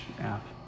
app